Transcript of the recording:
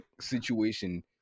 situation